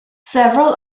several